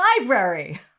library